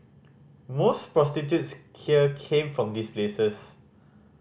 most prostitutes here came from these places